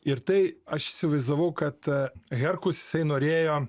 ir tai aš įsivaizdavau kad herkus jisai norėjo